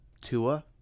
Tua